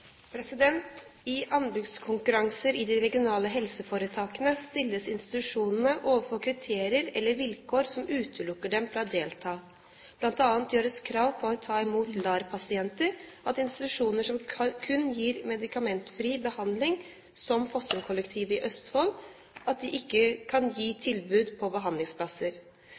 utelukker dem fra å delta. Blant annet gjør krav om å ta imot LAR-pasienter at institusjoner som kun gir medikamentfri behandling, som Fossumkollektivet i Østfold, ikke kan gi tilbud på behandlingsplasser.